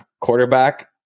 quarterback